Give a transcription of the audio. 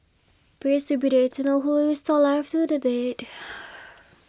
praise to be the Eternal who will restore life to the dead